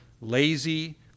lazy